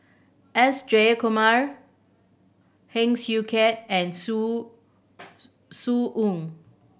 S Jayakumar Heng Swee Keat and Zhu Zhu